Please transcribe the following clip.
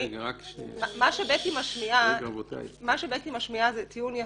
--- מה שבקי משמיעה זה טיעון יפה,